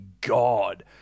God